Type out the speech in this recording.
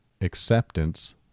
Acceptance